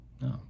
No